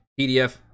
PDF